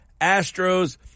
Astros